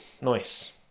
nice